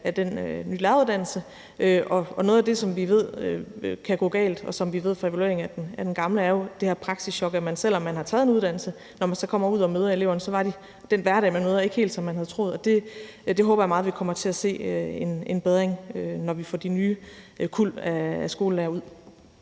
af den nye læreruddannelse, og noget af det, som vi ved kan gå galt, og som vi ved fra evaluering af den gamle, er jo det her praksischok, altså at selv om man har taget en uddannelse, så er den hverdag, man møder, når man kommer ud og møder eleverne, ikke helt, som man havde troet. Der håber jeg meget, vi kommer til at se en bedring, når vi får de nye kuld af skolelærere ud.